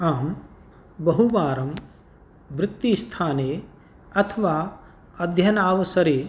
आं बहुवारं वृत्तिस्थाने अथवा अध्ययनावसरे